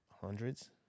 Hundreds